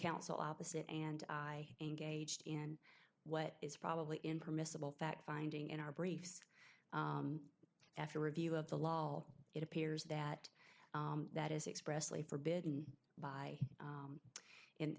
counsel opposite and i engaged in what is probably impermissible fact finding in our briefs after review of the law it appears that that is expressway forbidden by